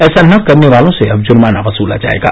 ऐसा न करने वालों से अब जुर्माना वसूला जाएगा